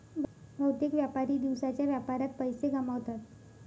बहुतेक व्यापारी दिवसाच्या व्यापारात पैसे गमावतात